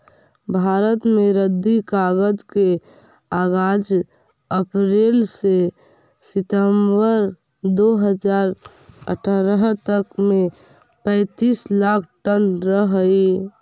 भारत में रद्दी कागज के आगाज अप्रेल से सितम्बर दो हज़ार अट्ठरह तक में पैंतीस लाख टन रहऽ हई